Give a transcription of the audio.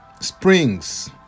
springs